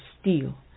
steel